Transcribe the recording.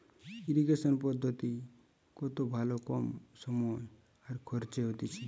irrigation পদ্ধতি কত ভালো কম সময় আর খরচে হতিছে